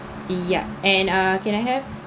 yup and ah can I have